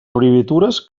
abreviatures